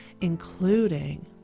including